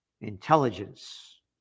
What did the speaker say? intelligence